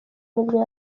nibwo